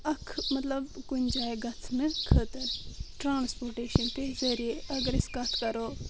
اکھ مطلب کُنہِ جایہِ گژھنہٕ خاطٕر ٹرانسپوٹیشن کہِ ذٔریعہِ اگر اسۍ کتھ کرو